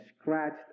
scratched